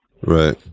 Right